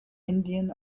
indian